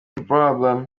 mico